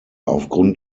aufgrund